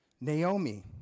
Naomi